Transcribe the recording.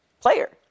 player